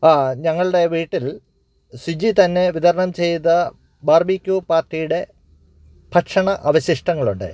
ആ ഞങ്ങളുടെ വീട്ടിൽ സ്വിജി തന്നെ വിതരണം ചെയ്ത ബാർബിക്യൂ പാർട്ടിയുടെ ഭക്ഷണ അവശിഷ്ടങ്ങളുണ്ട്